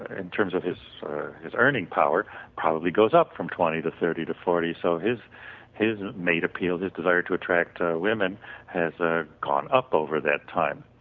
in terms of his his earning power probably goes up from twenty to thirty to forty so his his mate appeal, his desire to attract women has ah gone up over that time.